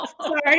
Sorry